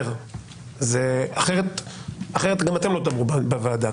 אחרת גם אתם לא תדברו בוועדה.